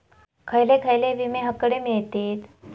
खयले खयले विमे हकडे मिळतीत?